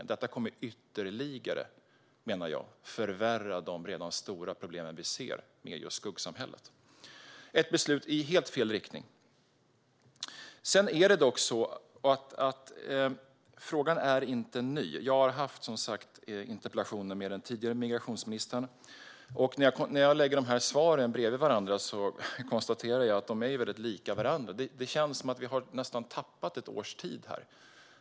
Jag menar att detta ytterligare kommer att förvärra de redan stora problem som vi ser med skuggsamhället. Det är ett beslut i helt fel riktning. Frågan är inte ny. Jag har som sagt haft interpellationsdebatter med den tidigare migrationsministern. När jag lägger svaren bredvid varandra konstaterar jag att de är väldigt lika varandra. Det känns som att vi har tappat nästan ett års tid.